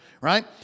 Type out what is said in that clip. right